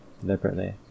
deliberately